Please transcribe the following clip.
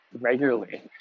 regularly